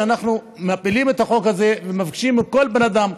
אנחנו מפילים את החוק הזה ומבקשים מכל בן אדם,